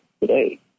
today